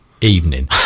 evening